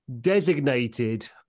designated